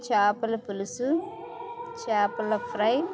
చాపల పులుసు చాపల ఫ్రై